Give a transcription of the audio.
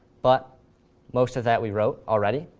but most of that we wrote already.